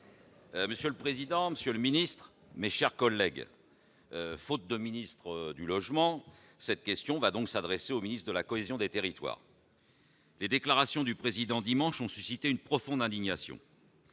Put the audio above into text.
Monsieur le président, Monsieur le Ministre, mes chers collègues, faute de ministre du Logement, cette question va donc s'adresser au ministre de la cohésion des territoires. Les déclarations du président dimanche ont suscité une profonde indignation.